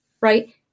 right